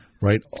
Right